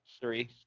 Three